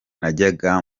najyaga